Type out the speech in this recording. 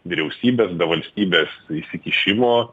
vyriausybės be valstybės įsikišimo